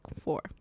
four